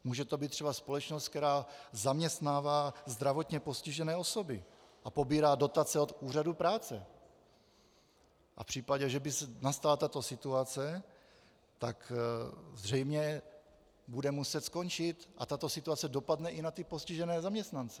Může to být třeba společnost, která zaměstnává zdravotně postižené osoby a pobírá dotace od úřadu práce a v případě, že by nastala tato situace, zřejmě bude muset skončit a tato situace dopadne i na ty postižené zaměstnance.